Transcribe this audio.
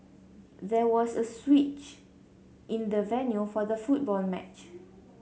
there was a switch in the venue for the football match